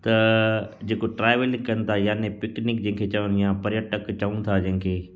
त जे को ट्रावेलिंग कनि था जे के पिकनिक जे के चवणी आहे पर्यटक चऊं था जे के